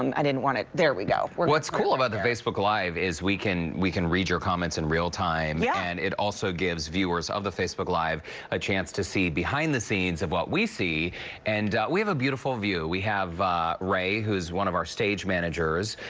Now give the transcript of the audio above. um i didn't want to there we go. derrick what's cool about the facebook live is we can we can read your comments in realtime yeah and it also gives viewers of the facebook live a chance to see behind the scenes of what we see and we have a beautiful view. we have ray, who is one of our stage managers,